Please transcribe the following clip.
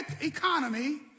economy